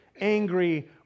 angry